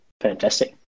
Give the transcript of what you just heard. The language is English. fantastic